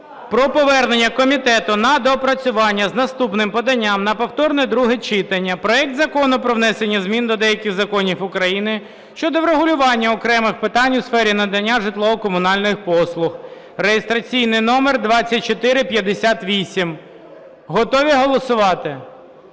про повернення комітету на доопрацювання з наступним поданням на повторне друге читання проект Закону про внесення змін до деяких законів України щодо врегулювання окремих питань у сфері надання житлово-комунальних послуг (реєстраційний номер 2458). Готові голосувати?